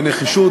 בנחישות,